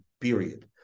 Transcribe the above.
period